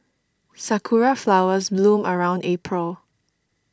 sakura flowers bloom around April